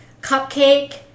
cupcake